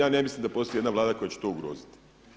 Ja ne mislim da postoji i jedna Vlada koja će to ugroziti.